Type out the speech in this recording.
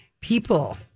people